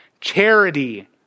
Charity